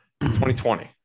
2020